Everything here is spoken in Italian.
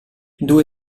due